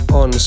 on